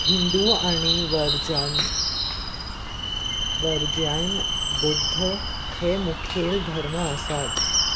हिंदू आनी वर्जान वर्जन बोध्द हे मुखेल धर्म आसात